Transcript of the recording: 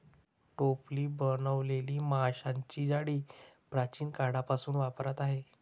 टोपली बनवलेली माशांची जाळी प्राचीन काळापासून वापरात आहे